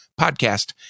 podcast